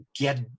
get